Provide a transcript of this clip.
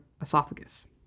esophagus